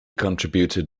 contributed